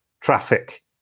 traffic